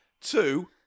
two